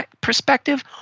perspective